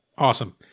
Awesome